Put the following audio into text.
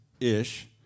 ish